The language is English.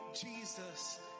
Jesus